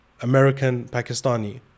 American-Pakistani